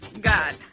God